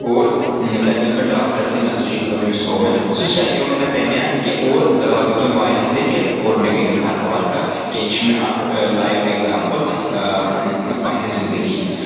اور تَتہِ دوٚپ مےٚ ڈاکٹر سٕے مےٚ ہسا چھُ یِتھ پٲٹھۍ تٔمِس ہو مےٚ سُہ سَنِیو نہٕ مےٚ تَمہِ آیہِ کینٛہہ اور دوا دِیُتُن واریاہَس لَیکھِتھ اور مےٚ گٔے نہٕ فرکھا ورکھا کینٛہہ یہِ چھُ مےٚ اَکھ لایِو ایٚگزامپٕل پننہِ زِنٛدَگی ہِنٛز